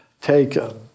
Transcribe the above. taken